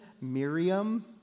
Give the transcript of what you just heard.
Miriam